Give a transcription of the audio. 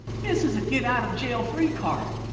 this is a get-out-of-jail-free card.